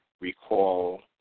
recall